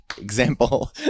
example